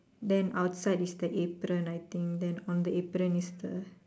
then outside is the apron I think then on the apron is the